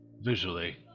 visually